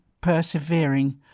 persevering